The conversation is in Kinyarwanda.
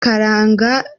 karanga